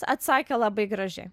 atsakė labai gražiai